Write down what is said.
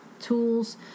Tools